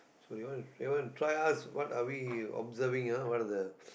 so they want so they want try us what are we observing ah what are the